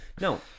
No